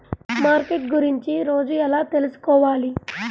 Market గురించి రోజు ఎలా తెలుసుకోవాలి?